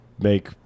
make